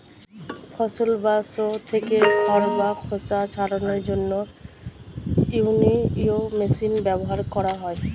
ফসল বা শস্য থেকে খড় বা খোসা ছাড়ানোর জন্য উইনউইং মেশিন ব্যবহার করা হয়